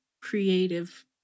creative